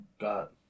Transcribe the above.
got